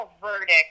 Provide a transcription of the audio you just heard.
verdict